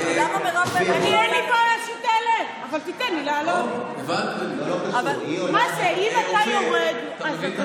אין לי בעיה שהיא תעלה, אבל תיתן לי לעלות.